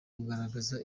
kugaragaza